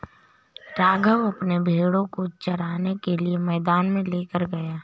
राघव अपने भेड़ों को चराने के लिए मैदान में लेकर गया है